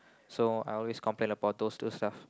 so I always complain about those two stuff